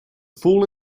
fall